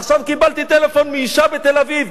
עכשיו קיבלתי טלפון מאשה בתל-אביב.